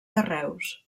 carreus